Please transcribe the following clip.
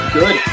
good